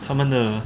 他们的